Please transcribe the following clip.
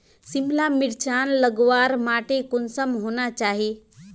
सिमला मिर्चान लगवार माटी कुंसम होना चही?